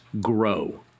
grow